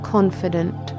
confident